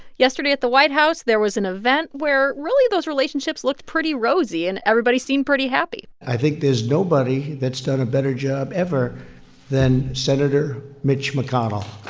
yesterday at the white house, there was an event where, really, those relationships looked pretty rosy and everybody seemed pretty happy i think there's nobody that's done a better job ever than senator mitch mcconnell